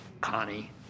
Connie